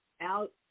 out